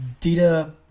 data